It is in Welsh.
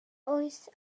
wyth